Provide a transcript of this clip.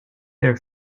their